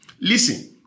listen